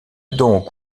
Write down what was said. donc